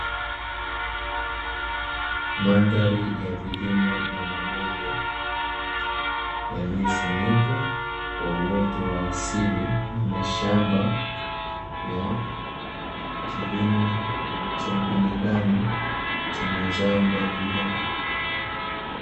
Mandhari ya vilima na mabonde, yaliyofunikwa kwa uoto wa asili na mashamba ya kilimo cha binadamu cha mazao mbalimbali.